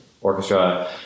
orchestra